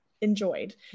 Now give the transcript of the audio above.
enjoyed